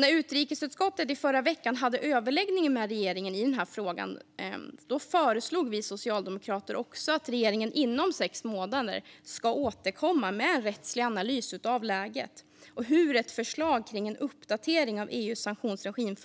När utrikesutskottet i förra veckan hade en överläggning med regeringen i denna fråga föreslog vi socialdemokrater också att regeringen inom sex månader ska återkomma med en rättslig analys av läget och hur ett förslag om en uppdatering av EU:s sanktionsregim